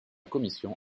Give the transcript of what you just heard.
commission